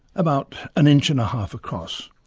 about an inch-and-a-half across.